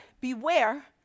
beware